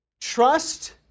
Trust